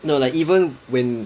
no like even when